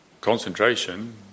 concentration